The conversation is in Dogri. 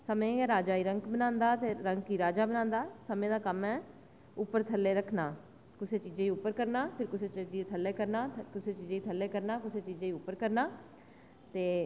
ते समें गै राजा गी रंक बनांदा ते रंक गी राजा बनांदा समें दा कम्म ऐ उप्पर थल्ले रक्खना कुसै चीज़ै गी उप्पर करना ते कुसै चीज़ै गी थल्ले करना कुसै चीज़ै गी थल्लै करना ते कुसै चीज़ै गी उप्पर करना ते